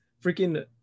freaking